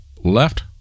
left